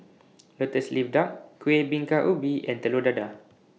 Lotus Leaf Duck Kueh Bingka Ubi and Telur Dadah